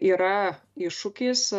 yra iššūkis